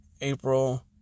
April